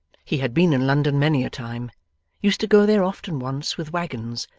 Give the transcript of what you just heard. he had been in london many a time used to go there often once, with waggons.